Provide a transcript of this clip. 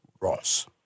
Ross